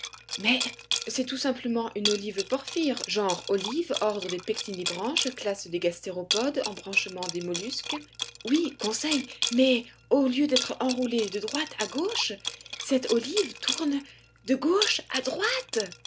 mais c'est tout simplement une olive porphyre genre olive ordre des pectinibranches classe des gastéropodes embranchement des mollusques oui conseil mais au lieu d'être enroulée de droite à gauche cette olive tourne de gauche à droite